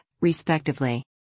respectively